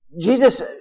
Jesus